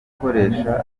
gukoresha